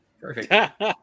Perfect